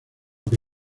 que